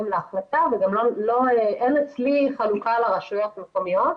להחלטה ואין אצלי חלוקה לרשויות מקומיות.